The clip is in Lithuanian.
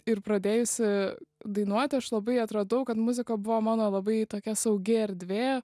ir pradėjusi dainuoti aš labai atradau kad muzika buvo mano labai tokia saugi erdvė